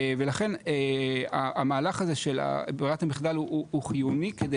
ולכן המהלך הזה של ברירת המחדל הוא חיוני כדי